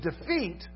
defeat